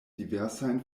diversajn